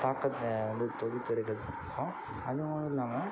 தாக்கத்தை வந்து தொகுத்திருக்கும் அதுமாதிரியும் இல்லாமல்